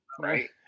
Right